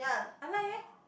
I like leh